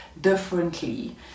differently